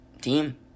team